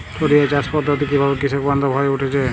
টোরিয়া চাষ পদ্ধতি কিভাবে কৃষকবান্ধব হয়ে উঠেছে?